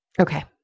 Okay